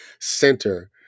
center